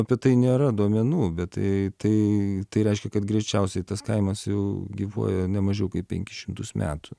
apie tai nėra duomenų bet tai tai reiškia kad greičiausiai tas kaimas jau gyvuoja ne mažiau kaip penkis šimtus metų